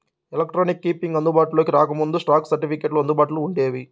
electronic keeping అందుబాటులోకి రాకముందు, stock సర్టిఫికెట్లు అందుబాటులో వుండేవి